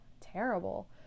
terrible